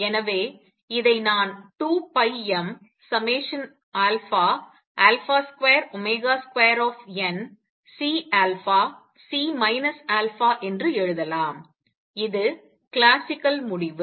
எனவே இதை நான் 2πm22CC α என்று எழுதலாம் இது கிளாசிக்கல் முடிவு